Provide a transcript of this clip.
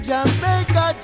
Jamaica